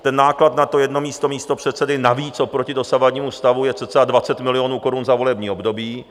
Ten náklad na to jedno místo místopředsedy navíc oproti dosavadnímu stavu je cca 20 mil. korun za volební období.